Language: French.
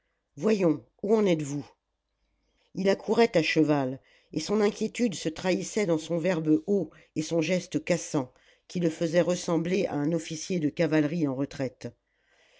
voyons où en êtes-vous il accourait à cheval et son inquiétude se trahissait dans son verbe haut et son geste cassant qui le faisaient ressembler à un officier de cavalerie en retraite